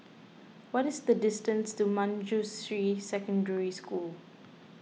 what is the distance to Manjusri Secondary School